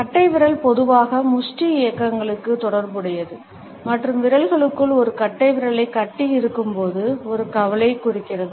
கட்டைவிரல் பொதுவாக முஷ்டி இயக்கங்களுடன் தொடர்புடையது மற்றும் விரல்களுக்குள் ஒரு கட்டைவிரலைக் கட்டியிருக்கும்போது ஒரு கவலையைக் குறிக்கிறது